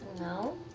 no